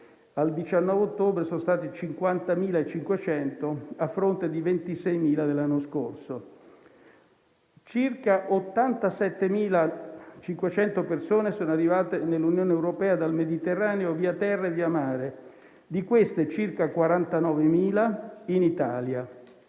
(al 19 ottobre sono stati 50.500, a fronte dei 26.000 dell'anno scorso). Circa 87.500 persone sono arrivate nell'Unione europea dal Mediterraneo via terra e via mare; di queste, circa 49.000 sono